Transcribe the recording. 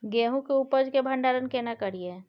गेहूं के उपज के भंडारन केना करियै?